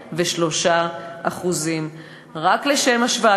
33%. רק לשם השוואה,